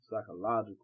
psychological